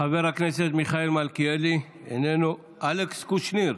חבר הכנסת מיכאל מלכיאלי, איננו, אלכס קושניר,